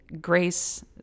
grace